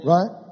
Right